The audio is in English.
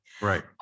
Right